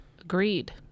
agreed